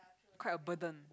quite a burden